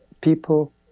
people